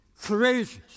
Courageous